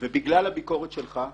ובגלל הביקורת שלך,